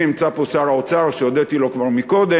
הנה, נמצא פה שר האוצר, שהודיתי לו כבר קודם.